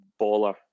baller